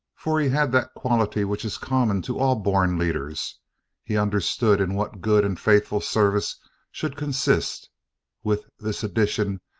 for he had that quality which is common to all born leaders he understood in what good and faithful service should consist with this addition,